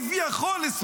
כביכול,